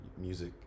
music